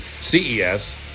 CES